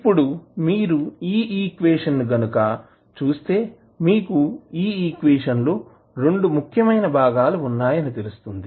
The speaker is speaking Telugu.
ఇప్పుడు మీరు ఈ ఈక్వేషన్ గనుక చూస్తే మీకు ఈక్వేషన్ లో 2 ముఖ్యమైన భాగాలు ఉన్నాయి అని తెలుస్తుంది